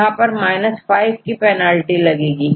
यहां पर 5 की पेनल्टी लगेगी